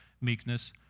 meekness